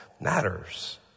matters